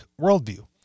worldview